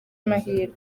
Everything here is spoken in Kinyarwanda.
mahirwe